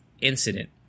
incident